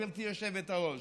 גברתי היושבת-ראש: